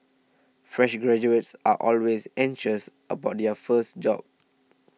fresh graduates are always anxious about their first job